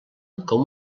com